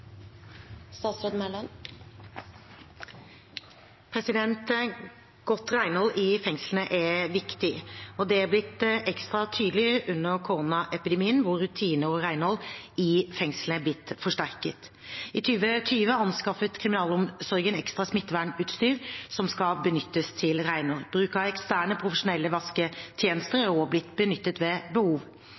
viktig. Det har blitt ekstra tydelig under koronaepidemien, hvor rutiner og renhold i fengslene har blitt forsterket. I 2020 anskaffet kriminalomsorgen ekstra smittevernutstyr som skal benyttes til renhold. Bruk av eksterne, profesjonelle vasketjenester har også blitt benyttet ved behov.